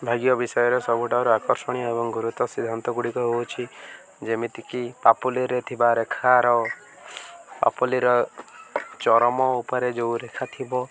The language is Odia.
ଭାଗ୍ୟ ବିଷୟରେ ସବୁଠାରୁ ଆକର୍ଷଣୀୟ ଏବଂ ଗୁରୁତ୍ୱ ସିଦ୍ଧାନ୍ତ ଗୁଡ଼ିକ ହଉଛି ଯେମିତିକି ପାପୁଲିରେ ଥିବା ରେଖାର ପାପୁଲିର ଚରମ ଉପରେ ଯେଉଁ ରେଖା ଥିବ